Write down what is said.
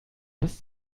bis